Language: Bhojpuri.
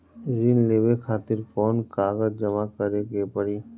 ऋण लेवे खातिर कौन कागज जमा करे के पड़ी?